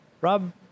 Rob